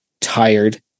tired